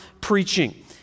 preaching